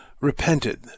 repented